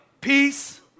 Peace